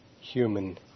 human